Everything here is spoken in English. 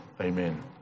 Amen